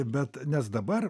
bet nes dabar